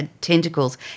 tentacles